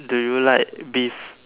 do you like beef